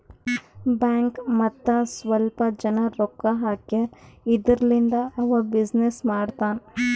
bank ಮತ್ತ ಸ್ವಲ್ಪ ಜನ ರೊಕ್ಕಾ ಹಾಕ್ಯಾರ್ ಇದುರ್ಲಿಂದೇ ಅವಾ ಬಿಸಿನ್ನೆಸ್ ಮಾಡ್ತಾನ್